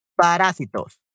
parásitos